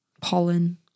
pollen